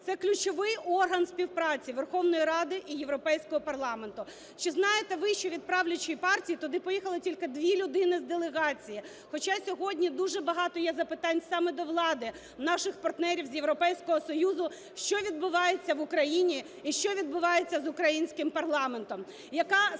Це ключовий орган співпраці Верховної Ради і Європейського парламенту. Чи знаєте ви, що від правлячої партії туди поїхали тільки дві людини з делегації? Хоча сьогодні дуже багато є запитань саме до влади у наших партнерів з Європейського Союзу: що відбувається в Україні і що відбувається з українським парламентом,